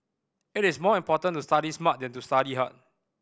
it is more important to study smart than to study hard